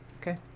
Okay